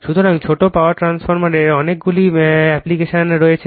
সুতরাং ছোট পাওয়ার ট্রান্সফরমারের অনেকগুলি অ্যাপ্লিকেশন রয়েছে